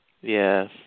Yes